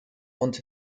und